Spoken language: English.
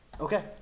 Okay